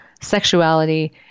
sexuality